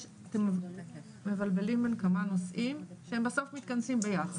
אתם מבלבלים בין כמה נושאים שהם בסוף מתכנסים ביחד,